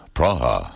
Praha